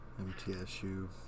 MTSU